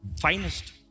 finest